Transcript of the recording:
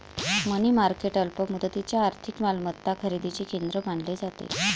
मनी market अल्प मुदतीच्या आर्थिक मालमत्ता खरेदीचे केंद्र मानले जाते